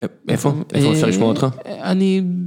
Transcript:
איפה? איפה אפשר לשמוע אותך ? אני...